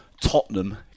Tottenham